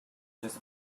just